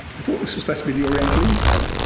i thought this supposed to be the oriental institute.